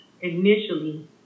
initially